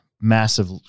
massive